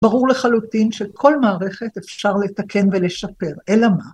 ברור לחלוטין שכל מערכת אפשר לתקן ולשפר, אלא מה?